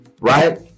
right